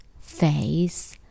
face